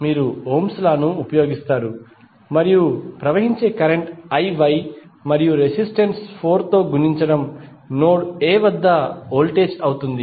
మీరు Ohm's law Ohms lawను ఉపయోగిస్తారు మరియు ప్రవహించే కరెంట్ IY మరియు రెసిస్టెన్స్ 4 తో గుణించడం నోడ్ A వద్ద వోల్టేజ్ అవుతుంది